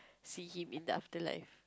see him in the afterlife